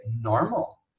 normal